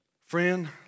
Friend